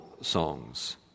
songs